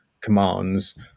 commands